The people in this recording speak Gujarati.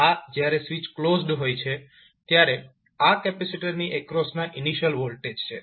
આ જ્યારે સ્વીચ ક્લોઝડ હોય છે ત્યારે આ કેપેસિટરની એક્રોસના ઇનિશિયલ વોલ્ટેજ છે